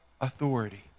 authority